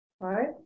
right